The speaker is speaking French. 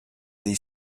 des